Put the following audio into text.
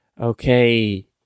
okay